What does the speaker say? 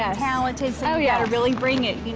ah talented, so you gotta really bring it,